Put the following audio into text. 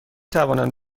توانند